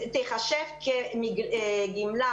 יש כאן היום בנוסחה הקיימת פגיעה של ממש.